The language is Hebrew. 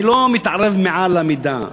אני לא מתערב מעל המידה,